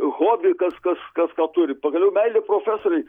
hobi kas kažkas ką turi pagaliau meilė profesorei